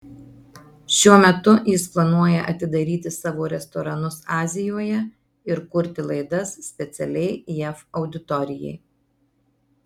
šiuo metu jis planuoja atidaryti savo restoranus azijoje ir kurti laidas specialiai jav auditorijai